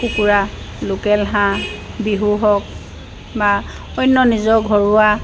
কুকুৰা লোকেল হাঁহ বিহু হওক বা অন্য নিজৰ ঘৰুৱা